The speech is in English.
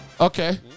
Okay